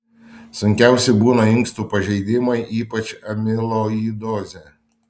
sunkiausi būna inkstų pažeidimai ypač amiloidozė